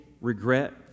regret